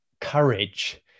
courage